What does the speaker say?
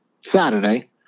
Saturday